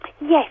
Yes